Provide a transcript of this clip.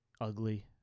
ugly